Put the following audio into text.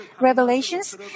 revelations